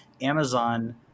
Amazon